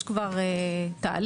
יש כבר תהליך.